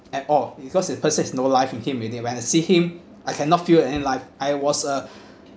at all because it possess no life in him already when I see him I cannot feel any life I was a